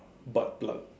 butt plug